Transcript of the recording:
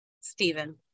Stephen